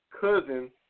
Cousin